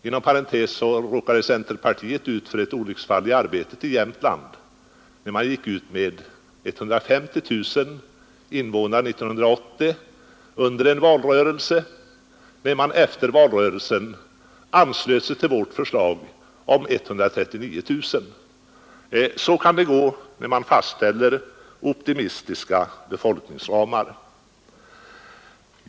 Inom parentes sagt råkade centerpartiet ut för ett olycksfall i arbetet i Jämtland, när man under en valrörelse gick ut och talade om 150 000 invånare 1980 men efter valrörelsen anslöt sig till vårt förslag om 139 000. Så kan det gå när man fastställer optimistiska befolkningsramar.